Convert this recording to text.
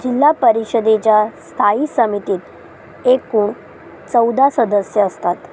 जिल्हा परिषदेच्या स्थायी समितीत एकूण चौदा सदस्य असतात